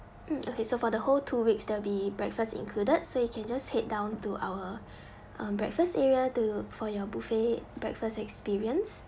mm okay so for the whole two weeks there'll be breakfast included so you can just head down to our um breakfast area to for your buffet breakfast experience